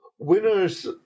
Winners